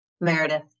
Meredith